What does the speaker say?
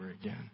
again